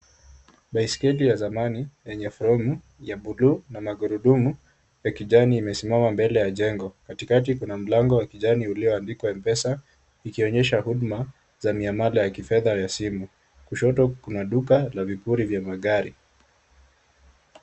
Baiskeli ya zamani yenye fremu ya bluu na magurudumu ya kijani imesimama mbele ya jengo. Katikati kuna mlango wa kijani ulioandikwa M-pesa ikionyesha huduma za miamala ya kifedha ya simu. Kushoto kuna duka la vipuri vya magari.